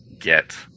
get